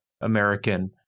American